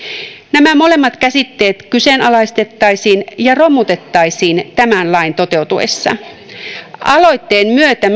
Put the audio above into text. nämä molemmat käsitteet kyseenalaistettaisiin ja romutettaisiin tämän lain toteutuessa aloitteen myötä